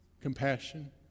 Compassion